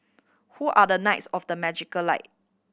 who are the knights of the magical light